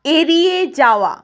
এড়িয়ে যাওয়া